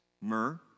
myrrh